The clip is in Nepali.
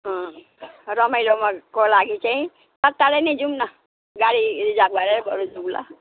अँ रमाइलोमा को लागि चाहिँ सकालै जाऊँ न गाडी रिजर्व गरेरै बरू जाऊँ ल